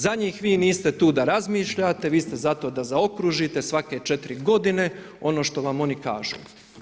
Za njih vi niste tu da razmišljate, vi ste za to da zaokružite svake 4 godine ono to vam oni kažu.